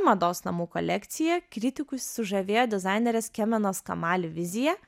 mados namų kolekcija kritikus sužavėjo dizainerės kemenos kamali vizija